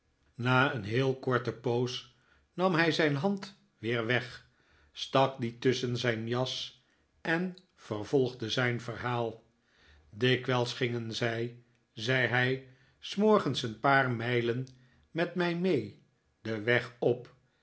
na een heel korte poos nam hij zijn hand weer weg stak die tusschen zijn jas en vervolgde zijn verhaal dikwijls gingen zij zei hij s morgenseen paar mijlen met mij mee den weg op